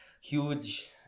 huge